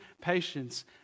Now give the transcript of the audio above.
patience